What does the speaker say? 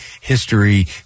history